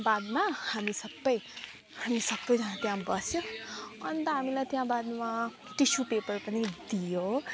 बादमा हामी सबै हामी सबैजना त्यहाँ बस्यो अन्त हामीलाई त्यहाँ बादमा टिस्यु पेपर पनि दियो